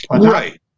Right